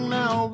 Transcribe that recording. now